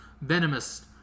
venomous